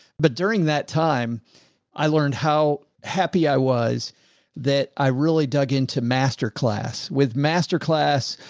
but during that time i learned how happy i was that i really dug into masterclass with masterclass.